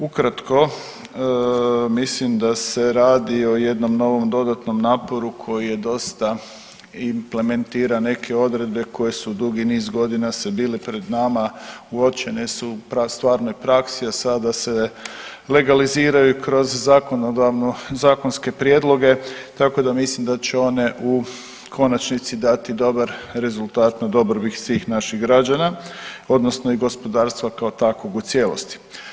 Ukratko mislim da se radi o jednom novom dodatnom naporu koji je dosta implementira neke odredbe koje su dugi niz godina se bili pred nama uočene su u stvarnoj praksi, a sada se legaliziraju kroz zakonodavno zakonske prijedloge tako da mislim da će one u konačnici dati dobar rezultat na dobrobit svih naših građana odnosno gospodstva kao takvog u cijelosti.